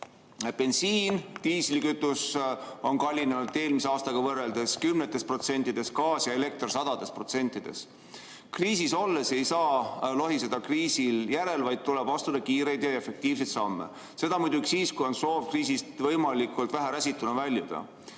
Bensiin, diislikütus on kallinenud eelmise aastaga võrreldes kümnetes protsentides, gaas ja elekter sadades protsentides. Kriisis olles ei saa lohiseda kriisi järele, vaid tuleb astuda kiireid ja efektiivseid samme. Seda muidugi siis, kui on soov kriisist võimalikult vähe räsituna väljuda. Isamaa